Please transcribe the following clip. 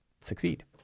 succeed